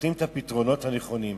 נותנים את הפתרונות הנכונים.